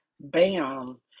Bam